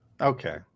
Okay